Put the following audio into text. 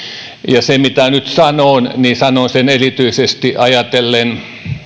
ja sen mitä nyt sanon sanon erityisesti ajatellen